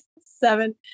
Seven